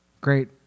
Great